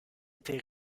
été